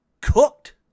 cooked